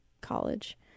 college